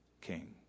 king